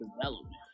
development